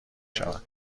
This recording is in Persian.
شود